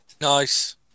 Nice